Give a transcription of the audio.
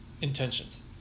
intentions